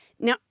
Now